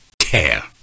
care